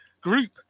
group